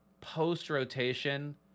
post-rotation